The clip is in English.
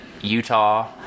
Utah